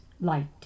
light